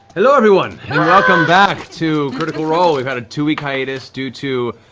hello everyone, and welcome back to critical role! we've had a two-week hiatus due to